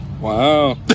Wow